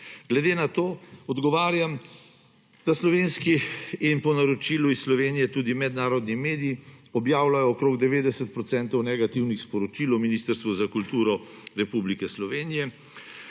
Glede na to odgovarjam, da slovenski in po naročilu iz Slovenije tudi mednarodni mediji objavljajo okrog 90 procentov negativnih sporočil o Ministrstvu za kulturo Republike Slovenije